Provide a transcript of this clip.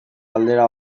galdera